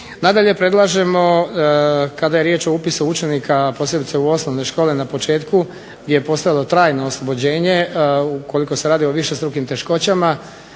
Nadalje, predlažemo kada je riječ o upisu učenika posebice u osnovne škole na početku je postalo trajno oslobođenje, ukoliko se radi o višestrukim teškoćama,